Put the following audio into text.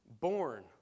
born